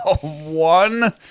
One